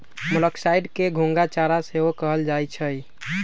मोलॉक्साइड्स के घोंघा चारा सेहो कहल जाइ छइ